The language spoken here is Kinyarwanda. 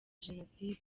jenoside